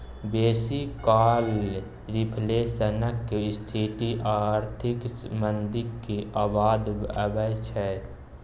बेसी काल रिफ्लेशनक स्थिति आर्थिक मंदीक बाद अबै छै